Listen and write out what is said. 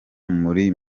muri